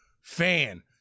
fan